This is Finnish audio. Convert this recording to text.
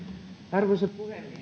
arvoisa puhemies